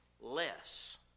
less